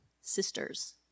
sisters